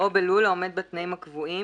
"או בלול העומד בתנאים הקבועים